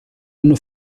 hanno